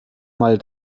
mal